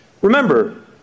Remember